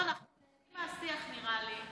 לא, אנחנו נהנים מהשיח, נראה לי.